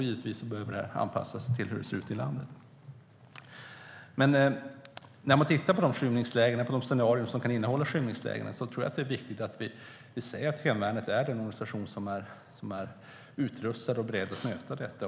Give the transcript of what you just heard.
Givetvis behöver detta anpassas till hur det ser ut i landet. När vi tittar på olika scenarier som kan innehålla skymningslägen är det viktigt att vi ser att hemvärnet är den organisation som är utrustad och beredd att möta dem.